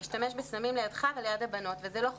להשתמש בסמים לידך וליד הבנות וזה לא חוקי.